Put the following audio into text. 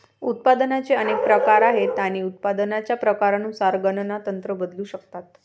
उत्पादनाचे अनेक प्रकार आहेत आणि उत्पादनाच्या प्रकारानुसार गणना तंत्र बदलू शकतात